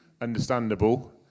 understandable